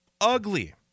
Ugly